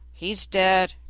he's dead,